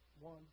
one